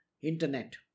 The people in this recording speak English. internet